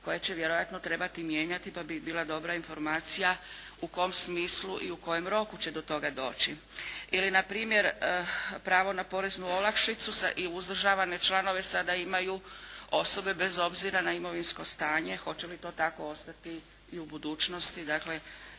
koja će vjerojatno trebati mijenjati, pa bi bila dobra informacija u kom smislu i u kojem roku će do toga doći. Ili na primjer, pravo na poreznu olakšicu sa i uzdržavane članove sada imaju osobe bez obzira na imovinsko stanje. Hoće li to tako ostati i u budućnosti? Dakle,